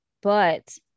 But-